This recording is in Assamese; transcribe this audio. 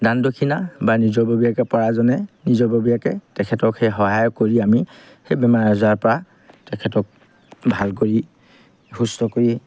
দান দক্ষিণা বা নিজাববীয়াকে পৰাজনে নিজাববীয়াকে তেখেতক সেই সহায় কৰি আমি সেই বেমাৰ আজাৰৰ পৰা তেখেতক ভাল কৰি সুস্থ কৰি